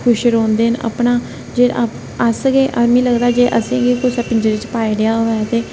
खुश रौंहदे ना अपना जेकर अस गै मिगी लगदा जेकर असें गी कुसै पिंजरे च पाई ओड़े दा होऐ ते